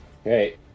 Okay